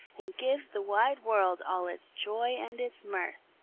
and gives the wide world all its joy and its mirth.